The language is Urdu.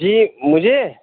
جی مجھے